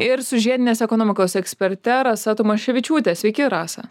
ir su žiedinės ekonomikos eksperte rasa tamaševičiūte sveiki rasa